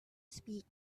speak